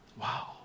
Wow